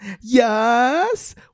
Yes